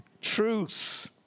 Truth